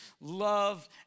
love